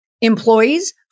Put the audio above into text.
employees